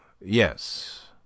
yes